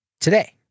today